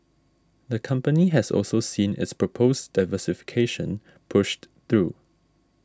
the company has also seen its proposed diversification pushed through